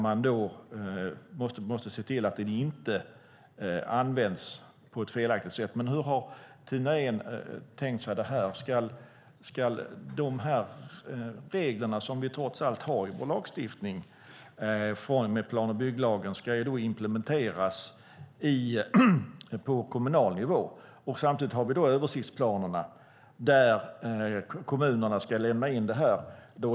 Man måste se till att den inte används på ett felaktigt sätt. Men hur har Tina Ehn tänkt sig detta? De regler som vi trots allt har i vår lagstiftning i plan och bygglagen ska ju implementeras på kommunal nivå, och samtidigt har vi översiktsplanerna där kommunerna ska lämna in detta.